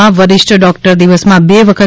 મં વરીષ્ઠ ડોક્ટર દિવસમં બે વખત